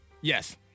Yes